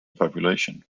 population